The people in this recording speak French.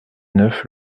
neuf